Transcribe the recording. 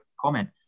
comment